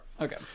Okay